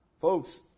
Folks